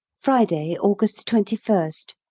friday, august twenty first.